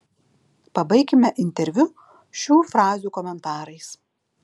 pabaikime interviu šių frazių komentarais